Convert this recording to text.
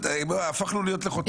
הפכנו להיות לחותמת גומי.